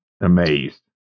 Amazed